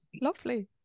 Lovely